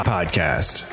Podcast